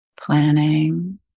planning